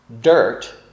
dirt